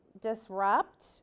disrupt